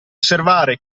osservare